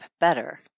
better